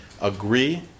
agree